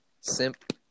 Simp